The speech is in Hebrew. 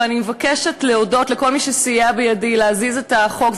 ואני מבקשת להודות לכל מי שסייע בידי להזיז את החוק,